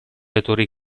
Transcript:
autori